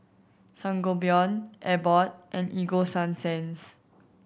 Sangobion Abbott and Ego Sunsense